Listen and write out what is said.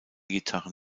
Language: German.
gitarren